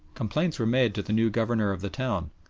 complaints were made to the new governor of the town,